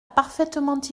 parfaitement